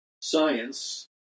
science